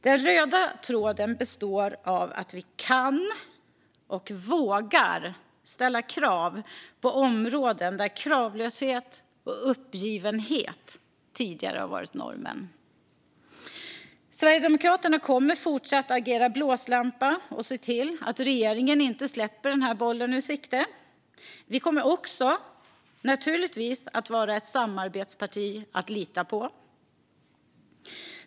Den röda tråden består av att vi kan och vågar ställa krav på områden där kravlöshet och uppgivenhet tidigare har varit normen. Sverigedemokraterna kommer att fortsätta att agera blåslampa och se till att regeringen inte släpper denna boll ur sikte. Vi kommer naturligtvis också att vara ett samarbetsparti att lita på.